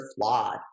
flawed